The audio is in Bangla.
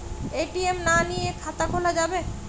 এ.টি.এম না নিয়ে খাতা খোলা যাবে?